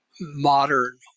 modern